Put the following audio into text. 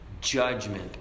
judgment